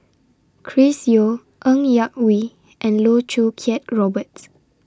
Chris Yeo Ng Yak Whee and Loh Choo Kiat Roberts